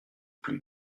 plus